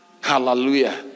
Hallelujah